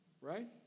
right